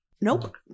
Nope